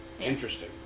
Interesting